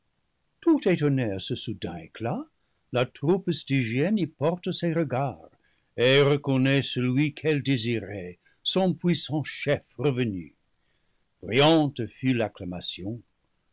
tout étonnée à ce soudain éclat la troupe stygienne y porte ses regards et reconnaît celui qu'elle désirait son puissant chef revenu bruyante fut l'acclamation